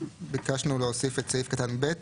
ביקשנו להוסיף את סעיף קטן (ב).